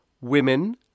women